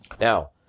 Now